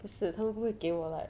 不是他们不会给我 like